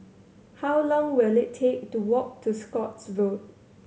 how long will it take to walk to Scotts Road